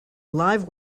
live